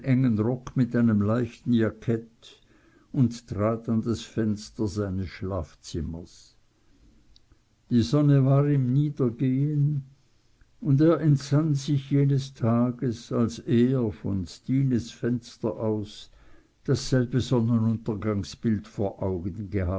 engen rock mit einem leichten jackett und trat an das fenster seines schlafzimmers die sonne war im niedergehen und er entsann sich jenes tages als er von stines fenster aus dasselbe sonnenuntergangsbild vor augen